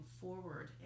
forward